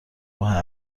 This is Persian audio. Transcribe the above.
ماه